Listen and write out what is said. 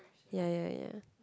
ya ya ya